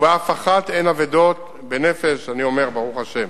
ובאף אחת אין אבדות בנפש אני אומר, ברוך השם.